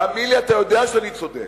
תאמין לי, אתה יודע שאני צודק.